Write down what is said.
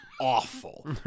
awful